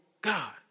God